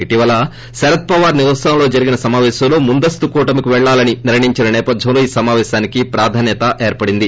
ఇటీవల శరద్ పవార్ నివాసంలో జరిగిన సమావేశంలో ముందస్తు కూటమికి పెళ్లాలని నిర్లయించిన నేపథ్యంలో ఈ సమాపేశానికి ప్రాదాన్యత ఏర్పడింది